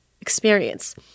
experience